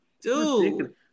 dude